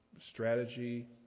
strategy